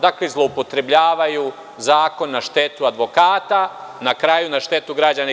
Dakle, zloupotrebljavaju zakon na štetu advokata, na kraju na štetu građana.